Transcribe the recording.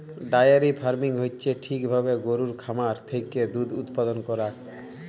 diary farming হচ্যে ঠিক ভাবে গরুর খামার থেক্যে দুধ উপাদান করাক